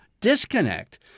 disconnect